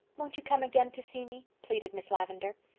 won't you come again to see me? pleaded miss lavendar.